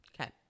Okay